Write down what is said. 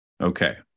Okay